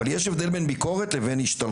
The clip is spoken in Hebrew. אבל יש הבדל בין ביקורת להשתלחות.